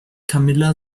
camilla